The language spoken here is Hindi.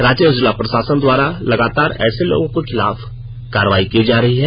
रांची जिला प्रशासन द्वारा लगातार ऐसे लोगों के खिलाफ कार्रवाई की जा रही है